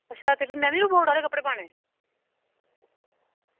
अच्छा ते फ्ही में बी रोबोट आह्ले कपड़े पाने